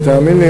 ותאמין לי,